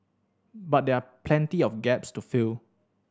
but there are plenty of gaps to fill